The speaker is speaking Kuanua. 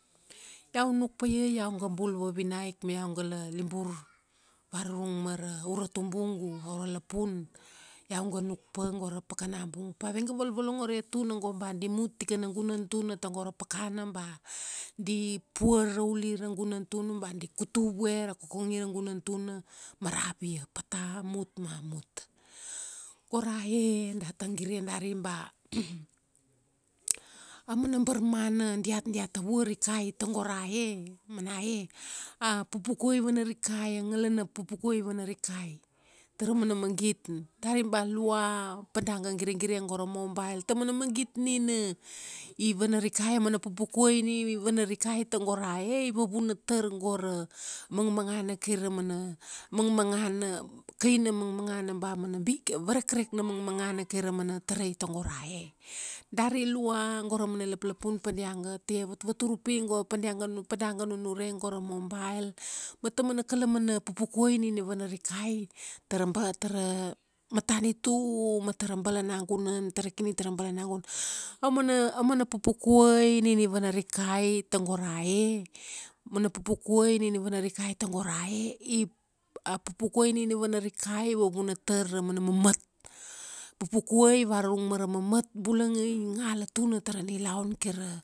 Iau nuk paia iau ga bul vavinaik, ma iau gala libur, varurung mara ura tubungu, aura lapun, iau ga nuk pa go ra pakana bung pa avega volvolongore tuna go ba di mut tikana gunan tuna tago ra pakana ba, di, puar rauli ra gunan tuna ba di kutuvue ra kokongi ra gunan tuna mara via. Pata a mut ma mut. Gora e, data gire dari ba, amana barmana diat dia tavua rikai tago ra e, mana e, a pupukuai i vana rikai. A ngalana pupukuai i vana rikai. Tara mana magit, dari ba lua, pa da ga giregire gora mobile. Taumana magit nina i vana rikai, aumana pupukuai nina i vana rikai tago ra e, i vavuna tar go ra, mangmangana kai ra mana, mangmangana, kaina mangmangana ba mana bik, varekrek na mangmangana kai ra mana tarai tago ra e. Dari lua go ra mana laplapun pa diaga tie vatvatur upi go, padia ga nu, pa da ga nunure go ra mobile. Ma tamana pupukuai nina i vana rikai, tara bar, tara matanitu ma tara balanagunan, tara kini tara balanagunan. Aumana, aumana pupukuai nina i vana rikai tago ra e, mana pupukuai nina i vana rikai tago ra e, i, a pupukuai nina i vana rikai i vavuna tar ra mana mamat. Pupukuai varurung mara mamat bulanga i ngala tuna tara nilaun kaira